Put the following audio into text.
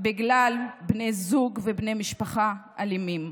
בגלל בני זוג ובני משפחה אלימים.